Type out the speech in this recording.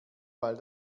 weil